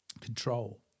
control